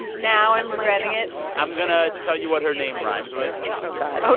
now i'm regretting it i'm going to tell you what her name rhymes with oh, god oh,